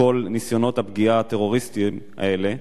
כל ניסיונות הפגיעה הטרוריסטיים האלה,